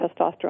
testosterone